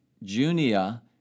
Junia